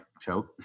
choke